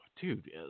dude